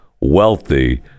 wealthy